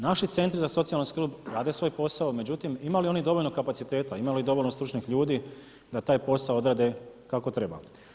Naši centri za socijalnu skrb rade svoj posao, međutim imaju li oni dovoljno kapaciteta, imaju li dovoljno stručnih ljudi da taj posao odrade kao treba?